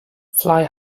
fly